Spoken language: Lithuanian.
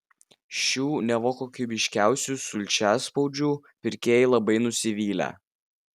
šių neva kokybiškiausių sulčiaspaudžių pirkėjai labai nusivylę